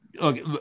okay